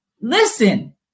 listen